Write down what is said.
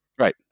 right